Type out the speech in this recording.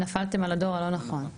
נפלתם על הדור הלא נכון.